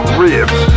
ribs